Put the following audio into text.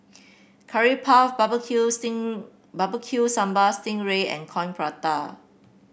Curry Puff barbecue sting Barbecue Sambal Sting Ray and Coin Prata